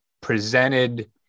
presented